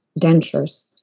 dentures